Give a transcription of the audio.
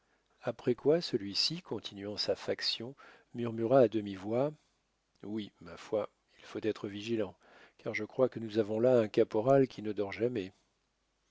après quoi celui-ci continuant sa faction murmura à demi-voix oui ma foi il faut être vigilant car je crois que nous avons là un caporal qui ne dort jamais